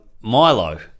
Milo